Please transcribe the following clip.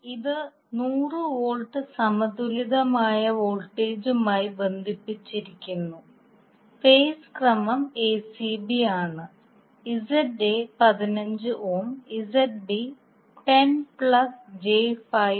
ഇത് 100 V സമതുലിതമായ വോൾട്ടേജുമായി ബന്ധിപ്പിച്ചിരിക്കുന്നു ഫേസ് ക്രമം acb ആണ്